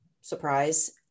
surprise